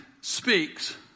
speaks